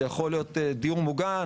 זה יכול להיות דיור מוגן,